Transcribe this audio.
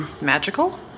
Magical